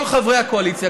כל חברי הקואליציה,